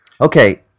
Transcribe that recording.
Okay